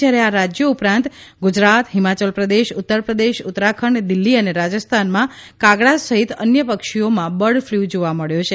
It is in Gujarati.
જયારે આ રાજ્યો ઉપરાંત ગુજરાત હિમાયલ પ્રદેશ ઉત્તરપ્રદેશ ઉત્તરાખંડ દિલ્હી અને રાજસ્થાનમાં કાગડા સહિત અન્ય પક્ષીઓમાં બર્ડફલુ જોવા મળ્યો છે